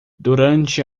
durante